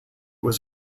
was